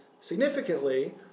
significantly